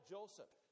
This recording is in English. Joseph